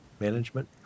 Management